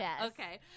Okay